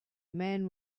man